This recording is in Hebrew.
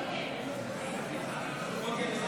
נתקבל.